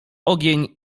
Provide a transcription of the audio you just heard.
ogień